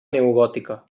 neogòtica